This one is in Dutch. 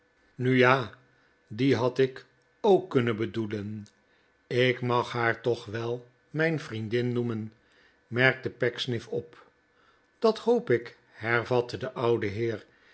nu ja die had ik ook kunnen bedoelen ik mag haar toch wel mijn vriendin noemen merkte pecksniff op dat hoop ik hervatte de oude heer